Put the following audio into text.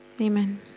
Amen